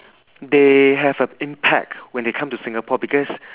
they have a impact when they come to singapore because